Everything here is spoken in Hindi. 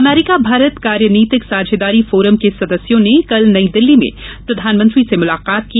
अमरीका भारत कार्यनीतिक साझेदारी फोरम के सदस्यों ने कल नई दिल्ली में प्रधानमंत्री से मुलाकात की